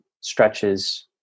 stretches